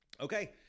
Okay